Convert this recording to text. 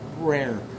rare